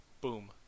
Boom